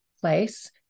place